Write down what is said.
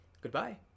goodbye